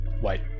White